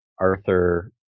Arthur